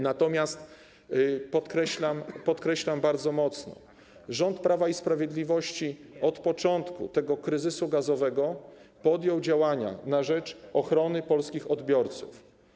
Natomiast podkreślam bardzo mocno, rząd Prawa i Sprawiedliwości od początku tego kryzysu gazowego podjął działania na rzecz ochrony polskich odbiorców.